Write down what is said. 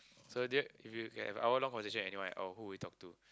so do you if you have an hour long conversation with anyone at all who will you talk to